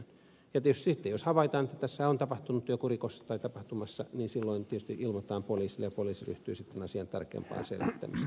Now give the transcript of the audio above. tietysti sitten jos havaitaan että tässä on tapahtunut joku rikos tai tapahtumassa niin silloin tietysti ilmoitetaan poliisille ja poliisi ryhtyy sitten asian tarkempaan selvittämiseen